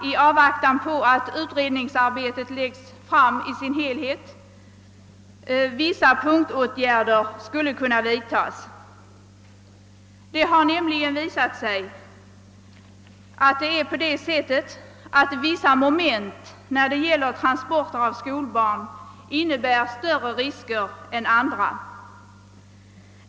I avvaktan på att utredningsarbetet redovisas i sin helhet hade jag helst sett att några punktåtgärder kunde vidtagas. Det har nämligen visat sig att vissa moment i skolbarnstransporten innebär större risker än andra.